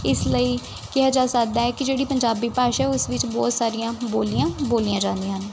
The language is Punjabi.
ਇਸ ਲਈ ਕਿਹਾ ਜਾ ਸਕਦਾ ਹੈ ਕਿ ਜਿਹੜੀ ਪੰਜਾਬੀ ਭਾਸ਼ਾ ਉਸ ਵਿੱਚ ਬਹੁਤ ਸਾਰੀਆਂ ਬੋਲੀਆਂ ਬੋਲੀਆਂ ਜਾਂਦੀਆਂ ਹਨ